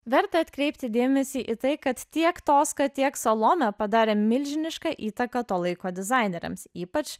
verta atkreipti dėmesį į tai kad tiek toska tiek salomė padarė milžinišką įtaką to laiko dizaineriams ypač